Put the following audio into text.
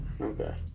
okay